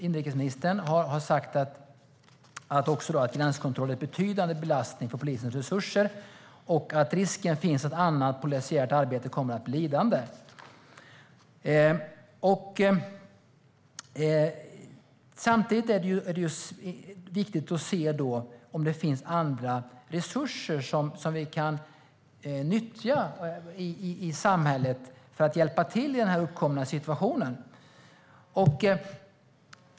Inrikesminister Ygeman har sagt att gränskontrollen utgör en betydande belastning på polisens resurser och att det finns en risk att annat polisiärt arbete kommer att bli lidande. Samtidigt är det viktigt att se över om det finns andra resurser som kan nyttjas i samhället för att hjälpa till i den uppkomna situationen.